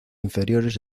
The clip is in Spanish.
inferiores